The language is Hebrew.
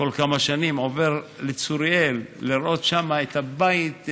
כל כמה שנים עובר בצוריאל, לראות את הבית.